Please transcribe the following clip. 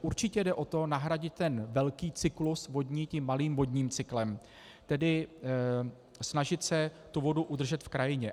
Určitě jde o to nahradit ten velký cyklus vodní tím malým vodním cyklem, tedy snažit se tu vodu udržet v krajině.